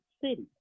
city